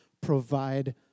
provide